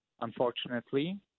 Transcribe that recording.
unfortunately